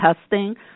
testing